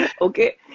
okay